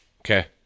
Okay